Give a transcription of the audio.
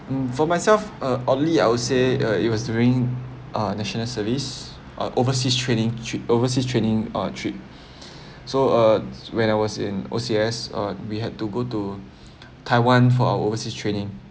hmm for myself uh oddly I would say uh it was during uh national service uh overseas training tra~ overseas training uh tra~ so uh when I was in O_C_S uh we had to go to taiwan for our overseas training